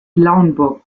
lauenburg